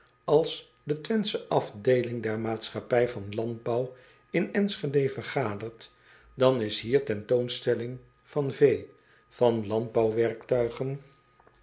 l a n d b o u w in nschede vergadert dan is hier tentoonstelling van vee van landbouwwerktuigen